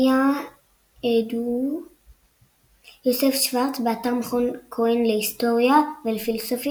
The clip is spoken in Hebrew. Academia.edu יוסף שורץ באתר מכון כהן להיסטוריה ולפילוסופיה